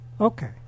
Okay